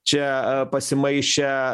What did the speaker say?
čia pasimaišę